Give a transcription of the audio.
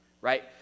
right